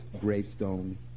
gravestone